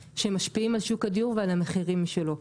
שמשפיעים על שוק הדיור ועל המחירים שלו.